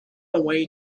away